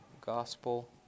Gospel